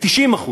ב-90%